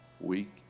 week